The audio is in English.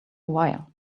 while